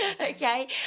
Okay